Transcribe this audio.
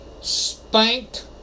spanked